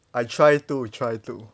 I try to try to